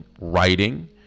writing